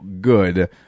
good